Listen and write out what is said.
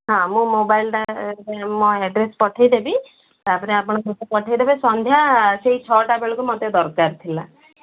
ହଁ ମୁଁ ମୋବାଇଲଟା ମୋ ଆଡ୍ରେସ୍ ପଠେଇଦେବି ତାପରେ ଆପଣ ମୋତେ ପଠେଇଦେବେ ସନ୍ଧ୍ୟା ସେଇ ଛଅଟା ବେଳକୁ ମୋତେ ଦରକାର ଥିଲା